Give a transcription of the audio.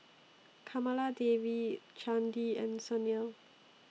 Kamaladevi Chandi and Sunil